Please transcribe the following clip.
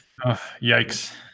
Yikes